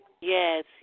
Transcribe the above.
Yes